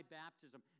baptism